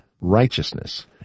righteousness